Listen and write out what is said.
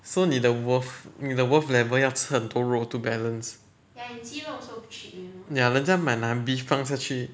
so 你的 worth 你的 worth level 要吃很多肉 to balance ya 人家买那个 beef then 放下去